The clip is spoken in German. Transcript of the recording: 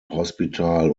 hospital